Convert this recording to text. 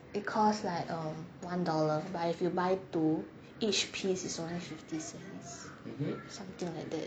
it cost like um one dollar but if you buy two each piece is one fifty cents something like that